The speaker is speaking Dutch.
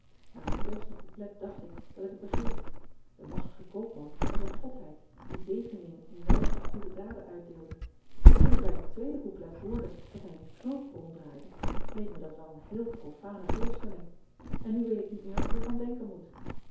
a het eerste couplet dacht ik dat ik het begreep e machtige oopman was een godheid die zegeningen in ruil voor goede daden uitdeelde maar toen ik bij het tweede couplet hoorde dat hij een knoop ronddraaide leek me dat wel een heel profane voorstelling en nu weet ik niet meer wat ik er van denken moet